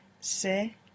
se